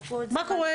מה קורה?